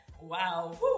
Wow